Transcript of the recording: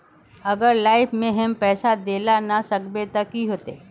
अगर लाइफ में हैम पैसा दे ला ना सकबे तब की होते?